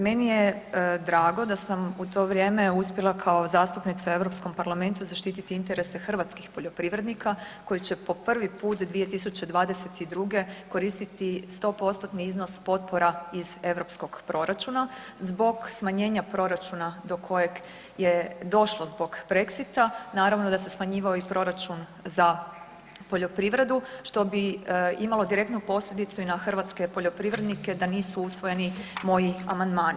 Meni je drago da sam u to vrijeme uspjela kao zastupnica u Europskom parlamentu zaštititi interese hrvatskih poljoprivrednika koji će po prvi put 2022. koristiti 100%-tni iznos potpora iz europskog proračuna zbog smanjenja proračuna do kojeg je došlo zbog brexita, naravno da se smanjivao i proračun za poljoprivredu, što bi imalo direktnu posljedicu i na hrvatske poljoprivrednike da nisu usvojeni moji amandmani.